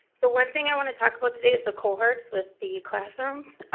the one thing i wanna talk about today is the cohorts with the classrooms.